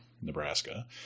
Nebraska